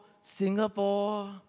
Singapore